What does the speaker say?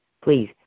Please